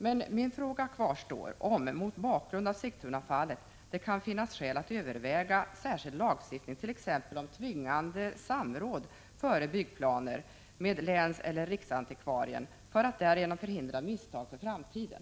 Min fråga kvarstår: Kan det, mot bakgrund av Sigtunafallet, finnas skäl att överväga särskild lagstiftning, t.ex. om tvingande samråd med länseller riksantikvarien före upprättandet av byggplaner för att därigenom förhindra misstag för framtiden?